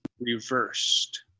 reversed